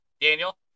Daniel